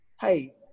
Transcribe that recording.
Hey